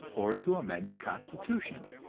or to amend the constitution.